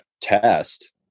test